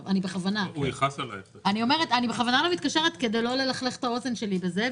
אני בכוונה לא מתקשרת אליו כדי לא ללכלך את האוזן שלי בזה,